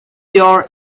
your